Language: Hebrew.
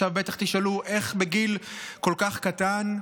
עכשיו בטח תשאלו: איך בגיל כל כך קטן?